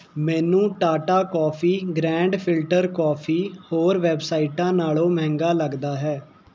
ਮੈਨੂੰ Tata coffee grand filter coffee ਹੋਰ ਵੈੱਬਸਾਈਟਾਂ ਨਾਲੋਂ ਮਹਿੰਗਾ ਲੱਗਦਾ ਹੈ